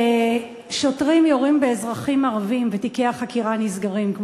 כששוטרים יורים באזרחים ערבים ותיקי החקירה נסגרים,